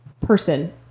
person